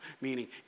meaning